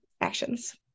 actions